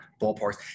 ballparks